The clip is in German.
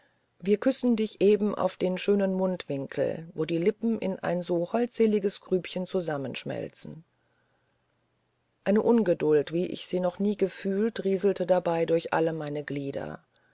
wir küssen dich eben auf die schönen mundwinkel wo die lippen in ein so holdseliges grübchen zusammenschmelzen eine ungeduld wie ich sie noch nie gefühlt rieselte dabei durch alle meine glieder